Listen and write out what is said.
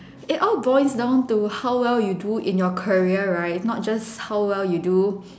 it all boils down to how well you do in your career right it's not just how well you do